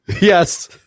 Yes